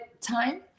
time